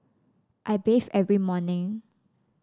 I bathe every morning